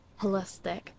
holistic